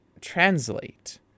translate